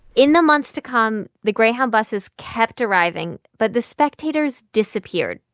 in the months to come, the greyhound buses kept arriving, but the spectators disappeared.